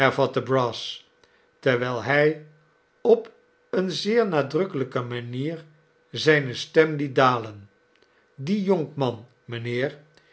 hervatte brass terwijl hij op eene zeer nadrukkelijke manier zijne stem liet dalen die jonkman